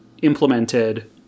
implemented